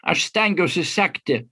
aš stengiuosi sekti